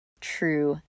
true